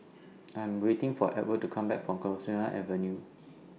I Am waiting For to Come Back from Avenue